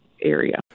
area